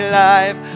life